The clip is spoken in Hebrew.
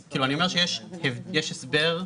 כבר יש לנו אירועים שם.